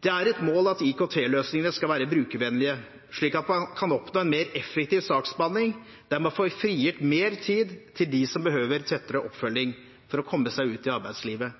Det er et mål at IKT-løsningene skal være brukervennlige slik at man kan oppnå en mer effektiv saksbehandling der man får frigitt mer tid til dem som behøver tettere oppfølging for å komme seg ut i arbeidslivet.